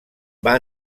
van